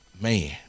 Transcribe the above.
Man